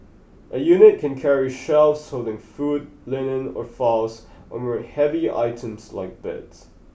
a unit can carry shelves holding food linen or files or move heavy items like beds